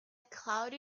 cloud